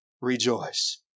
rejoice